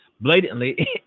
blatantly